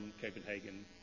Copenhagen